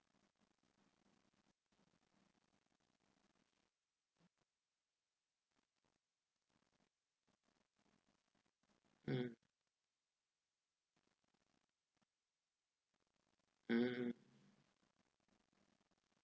mm mm